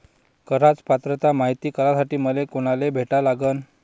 कराच पात्रता मायती करासाठी मले कोनाले भेटा लागन?